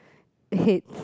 peach